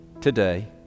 today